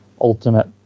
ultimate